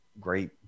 great